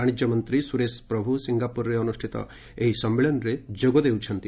ବାଣିଜ୍ୟ ମନ୍ତ୍ରୀ ସୁରେଶ ପ୍ରଭୁ ସିଙ୍ଗାପୁରରେ ଅନୁଷ୍ଠିତ ଏହି ସମ୍ମିଳନୀରେ ଯୋଗ ଦେଉଛନ୍ତି